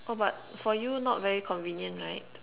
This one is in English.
oh but for you not very convenient right